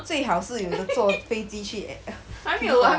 最好是有一座飞机去 eh T four